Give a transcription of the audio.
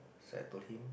so I told him